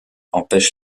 empêche